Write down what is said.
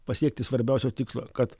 pasiekti svarbiausio tikslo kad